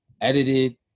edited